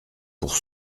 pour